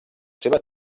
seva